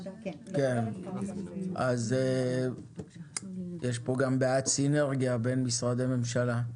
כי נראה שיש פה גם בעיית סינרגיה בין משרדי הממשלה.